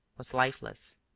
was lifeless.